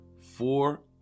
four